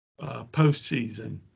postseason